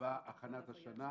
בהכנת השנה,